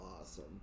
awesome